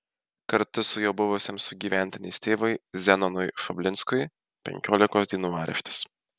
kartu su juo buvusiam sugyventinės tėvui zenonui šoblinskui penkiolikos dienų areštas